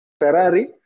ferrari